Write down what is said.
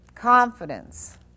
Confidence